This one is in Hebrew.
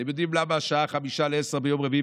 אתם יודעים למה השעה 21:55 ביום רביעי,